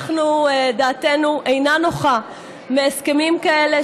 דעתנו אינה נוחה מהסכמים כאלה,